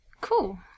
Cool